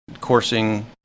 coursing